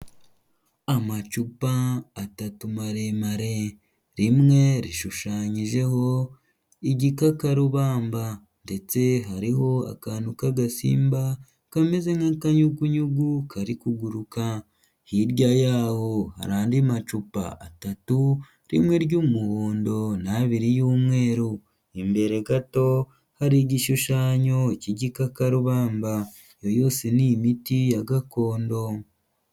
Amacupa atatu maremare, rimwe rishushanyijeho igikakarubamba ndetse hariho akantu k'agasimba kameze nk'akanyugunyugu kari kuguruka, hirya yaho hari andi macupa atatu rimwe ry'umuhondo n'abiri y'umweru, imbere gato hari igishushanyo cy'igikakarubamba, iyo yose ni imiti ya gakondo.